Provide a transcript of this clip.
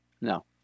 No